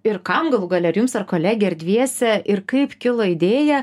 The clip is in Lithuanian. ir kam galų gale ar jums ar kolege ar dviese ir kaip kilo idėja